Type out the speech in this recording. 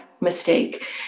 mistake